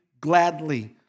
gladly